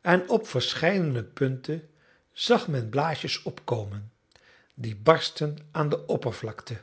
en op verscheidene punten zag men blaasjes opkomen die barstten aan de oppervlakte